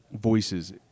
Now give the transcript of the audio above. voices